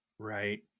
right